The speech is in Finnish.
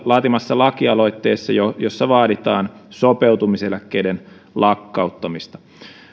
laatimassa lakialoitteessa jossa vaaditaan sopeutumiseläkkeiden lakkauttamista